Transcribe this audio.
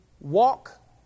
walk